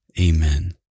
Amen